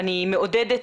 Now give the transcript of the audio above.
אני מעודדת